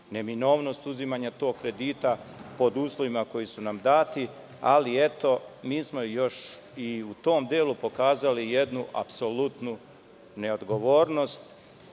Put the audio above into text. neminovnost uzimanja tog kredita, pod uslovima koji su nam dati, ali eto, mi smo još u tom delu pokazali jednu apsolutnu neodgovornosti